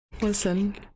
listen